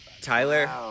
Tyler